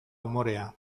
umorea